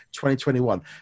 2021